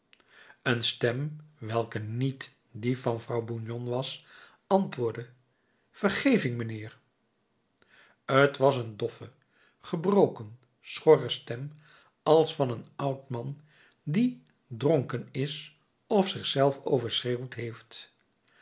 een stem welke niet die van vrouw bougon was antwoordde vergeving mijnheer t was een doffe gebroken schorre stem als van een oud man die dronken is of zich overschreeuwd heeft